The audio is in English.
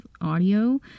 audio